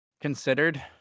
considered